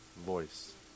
voice